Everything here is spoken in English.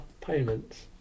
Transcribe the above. payments